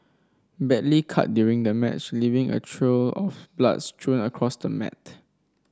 badly cut during the match leaving a of bloods strewn across the mat